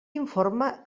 informe